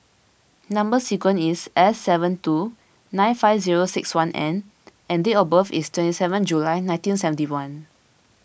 Number Sequence is S seven two nine five zero six one N and date of birth is twenty seven July nineteen seventy one